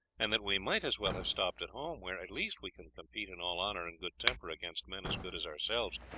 and that we might as well have stopped at home where, at least, we can compete in all honour and good temper against men as good as ourselves,